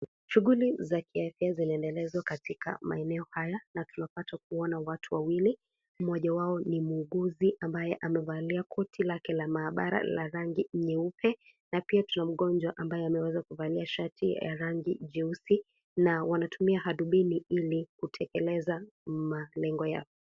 Shughuli za kiafya inaendelea katika maeneo haya na tunapata kuona watu wawili, mmoja wao ni muuguzi ambaye amevalia koti lake la mahabara la rangi nyeupe na pia tuna mgonjwa ambaye ameweza kuvalia shati la rangi jeusi na wanatumia adibeli ili kuweza kutekeleza malengo yao.